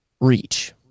Reach